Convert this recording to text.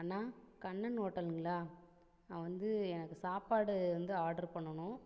அண்ணா கண்ணன் ஹோட்டலுங்களா நான் வந்து எனக்கு சாப்பாடு வந்து ஆர்ட்ரு பண்ணனும்